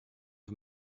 für